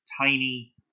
tiny